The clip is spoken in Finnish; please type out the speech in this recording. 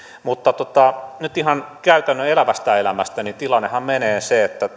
mutta nyt ihan käytännön elävästä elämästä tilannehan menee siten että